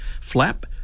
FLAP